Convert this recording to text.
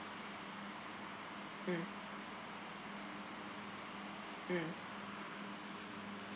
mm mm